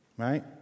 Right